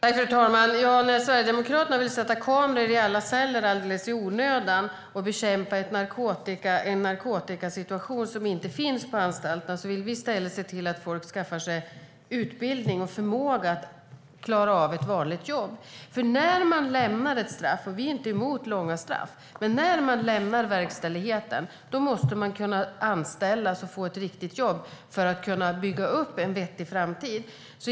Fru talman! När Sverigedemokraterna vill sätta upp kameror i alla celler alldeles i onödan för att bekämpa en narkotikasituation som inte finns på anstalterna, vill vi i stället se till att folk skaffar sig utbildning och förmåga att klara av ett vanligt jobb. Vi är inte emot långa straff, men när man lämnar verkställigheten måste man kunna anställas och få ett riktigt jobb för att kunna bygga upp en vettig framtid.